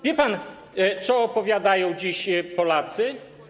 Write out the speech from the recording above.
Wie pan, co opowiadają dziś Polacy?